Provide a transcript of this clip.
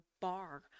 bar